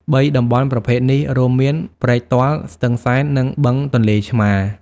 ៣ តំបន់ប្រភេទនេះ រួមមាន ព្រែកទាល់ ស្ទឹងសែន និងបឹងទន្លេឆ្មារ។